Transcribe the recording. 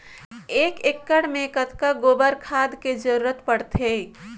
एक एकड़ मे कतका गोबर खाद के जरूरत पड़थे?